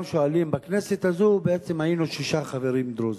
בכנסת הזאת בעצם היינו שישה חברים דרוזים.